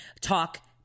talk